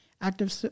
active